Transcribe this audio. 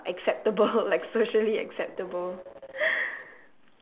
ah acceptable like socially acceptable